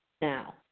Now